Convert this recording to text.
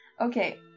Okay